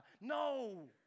No